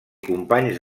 companys